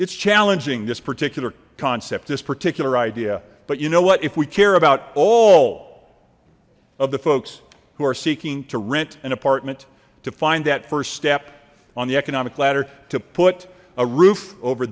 it's challenging this particular concept this particular idea but you know what if we care about all of the folks who are seeking to rent an apartment to find that first step on the economic ladder to put a roof over